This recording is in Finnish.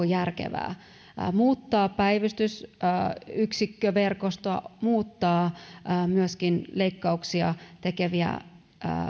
järkevää muuttaa päivystysyksikköverkostoa muuttaa myöskin leikkauksia tekeviä